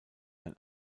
ein